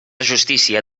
justícia